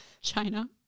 China